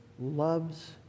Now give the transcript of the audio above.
loves